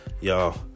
y'all